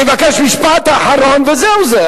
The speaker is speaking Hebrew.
אני מבקש משפט אחרון וזהו זה.